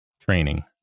Training